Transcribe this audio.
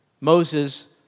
Moses